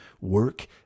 work